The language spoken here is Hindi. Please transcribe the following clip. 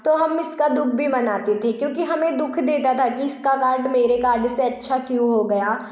तो हम इसका दुःख भी मनाते थे क्योंकि हमें दुःख देता था कि इसका कार्ड मेरे कार्ड से अच्छा क्यों हो गया